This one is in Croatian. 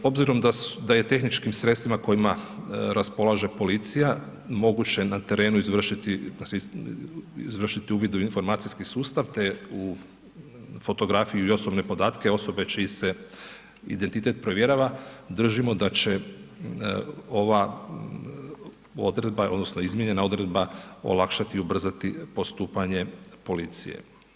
Obzirom da je tehničkim sredstvima kojima raspolaže policija moguće na terenu izvršiti uvid u informacijski sustav te fotografiju i osobne podatke osobe čiji se identitet provjerava, držimo da će ova odredba odnosno izmijenjena odredba olakšati i ubrzati postupanje policije.